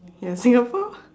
you are Singapore